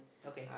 okay